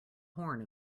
horn